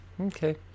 okay